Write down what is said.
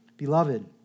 Beloved